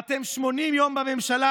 "אתם 80 יום בממשלה,